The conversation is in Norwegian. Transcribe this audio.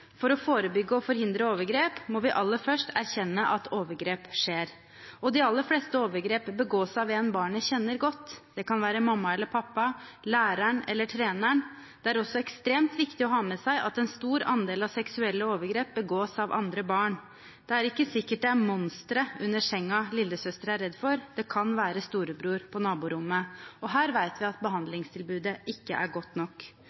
For å forebygge og forhindre overgrep må vi aller først erkjenne at overgrep skjer. Og de aller fleste overgrep begås av en barnet kjenner godt. Det kan være mamma eller pappa, læreren eller treneren. Det er også ekstremt viktig å ha med seg at en stor andel av seksuelle overgrep begås av andre barn. Det er ikke sikkert det er monsteret under sengen lillesøster er redd for. Det kan være storebror på naborommet. Og her vet vi at behandlingstilbudet ikke er godt nok.